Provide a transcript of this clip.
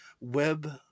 web